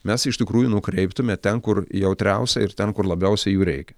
mes iš tikrųjų nukreiptume ten kur jautriausia ir ten kur labiausiai jų reikia